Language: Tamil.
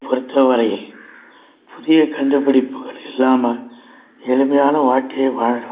பொறுத்த வரையில் புதிய கண்டுபிடிப்புகள் இல்லாமல் எளிமையான வாழ்க்கைய வாழணும்